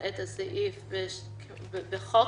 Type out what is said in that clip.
את הסעיף בחוק.